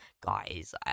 guys